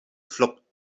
flockt